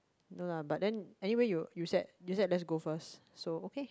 no lah but then anyway you you said you said let's go first so okay